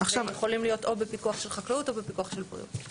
שזה הם יכולים להיות או בפיקוח של חקלאות או בפיקוח של בריאות.